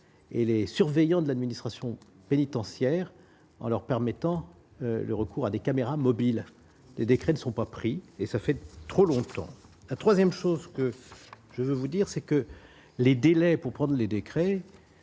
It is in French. et les surveillants de l'administration pénitentiaire, en leur permettant le recours à des caméras mobiles, les décrets ne sont pas pris et ça fait trop longtemps, la 3ème, chose que je veux vous dire, c'est que les délais pour prendre les décrets